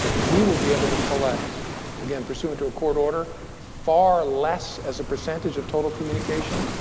we will be able to collect again, pursue into a court order far less as a percentage of total communication,